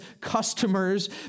customers